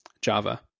Java